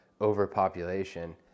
overpopulation